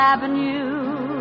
Avenue